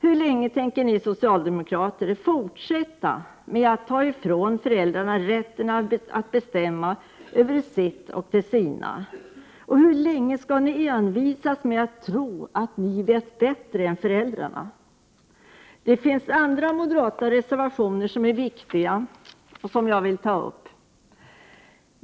Hur länge tänker ni socialdemokrater fortsätta att ta ifrån föräldrarna rätten att bestämma över sitt och de sina? Hur länge skall ni envisas med att tro att ni vet bättre än föräldrarna själva? Det finns andra moderata reservationer som är viktiga som jag vill ta upp.